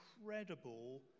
incredible